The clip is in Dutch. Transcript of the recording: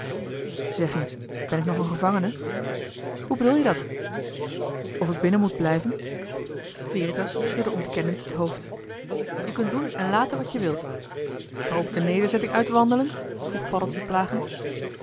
zeg eens ben ik nog een gevangene hoe bedoel je dat of ik binnen moet blijven veritas schudde ontkennend het hoofd je kunt doen en laten wat je wilt ook de nederzetting uitwandelen vroeg paddeltje plagend